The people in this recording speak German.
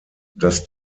das